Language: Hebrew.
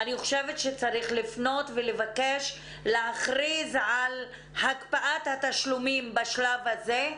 אני חושבת שצריך לפנות ולבקש להכריז על הקפאת התשלומים בשלב הזה.